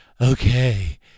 okay